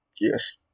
Yes